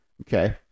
Okay